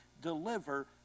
deliver